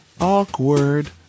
awkward